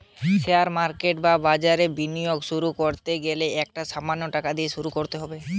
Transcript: share market বা বাজারে বিনিয়োগ শুরু করতে গেলে একটা সামান্য টাকা দিয়ে শুরু করো